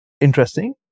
interesting